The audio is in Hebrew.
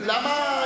תראה,